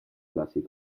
lasi